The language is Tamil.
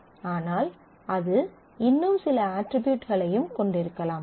ஆனால் அது இன்னும் சில அட்ரிபியூட்களையும் கொண்டிருக்கலாம்